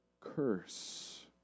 curse